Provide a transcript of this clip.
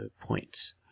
points